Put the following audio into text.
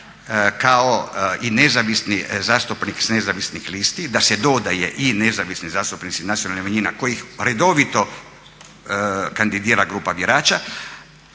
kako i nezavisni zastupnik s nezavisnih listi da se dodaje i nezavisni zastupnik nacionalnih manjina kojeg redovito kandidira grupa birača,